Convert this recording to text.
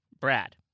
Brad